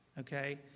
Okay